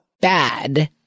bad